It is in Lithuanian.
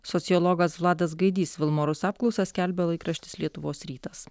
sociologas vladas gaidys vilmorus apklausą skelbia laikraštis lietuvos rytas